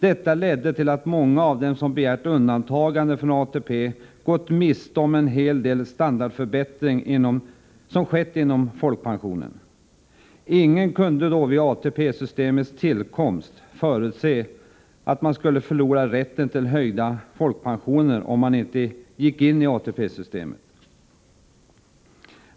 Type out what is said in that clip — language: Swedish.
Detta ledde till att många av dem som begärt undantagande från ATP gått miste om hela den standardförbättring som skett av folkpensionen. Ingen kunde vid ATP-systemets tillkomst förutse att man skulle förlora rätten till höjda folkpensioner om man inte gick in i ATP-systemet.